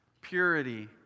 purity